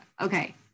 Okay